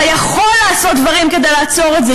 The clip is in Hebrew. אתה יכול לעשות דברים כדי לעצור את זה.